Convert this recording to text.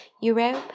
Europe